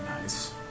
nice